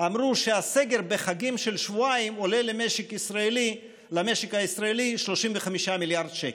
אמרו שסגר של שבועיים בחגים עולה למשק הישראלי 35 מיליארד שקל.